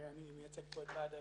אני מייצג פה את ועד איל"ה.